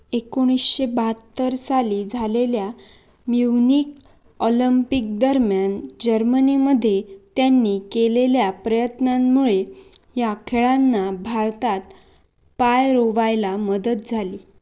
एकोणीसशे बहात्तर साली झालेल्या म्युनिक ऑलम्पिकदरम्यान जर्मनीमध्ये त्यांनी केलेल्या प्रयत्नांमुळे या खेळांना भारतात पाय रोवायला मदत झाली